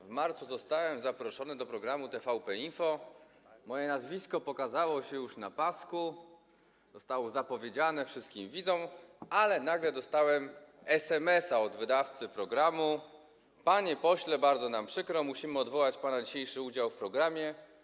W marcu zostałem zaproszony do programu TVP Info, moje nazwisko pokazało się już na pasku, zostało zapowiedziane widzom, ale nagle dostałem SMS-a od wydawcy programu: Panie pośle, bardzo nam przykro, musimy odwołać pana dzisiejszy udział w programie.